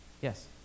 Yes